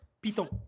Python